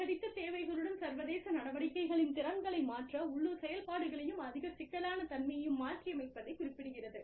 அதிகரித்த தேவைகளுடன் சர்வதேச நடவடிக்கைகளின் திறன்களை மாற்ற உள்ளூர் செயல்பாடுகளையும் அதிக சிக்கலான தன்மையையும் மாற்றியமைப்பதை குறிப்பிடுகிறது